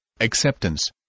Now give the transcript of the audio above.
acceptance